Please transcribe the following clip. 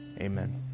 Amen